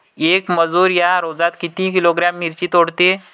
येक मजूर या रोजात किती किलोग्रॅम मिरची तोडते?